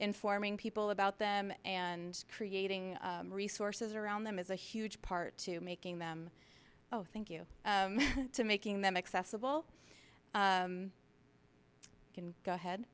informing people about them and creating resources around them is a huge part to making them oh thank you to making them accessible can go ahead